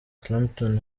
clapton